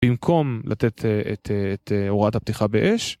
במקום לתת את הוראת הפתיחה באש